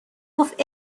گفت